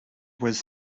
was